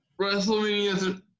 WrestleMania